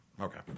okay